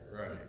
right